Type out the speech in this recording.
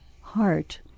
heart